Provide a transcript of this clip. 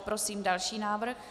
Prosím další návrh.